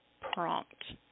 prompt